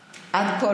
אה, באמת, עד כה לא.